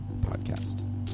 podcast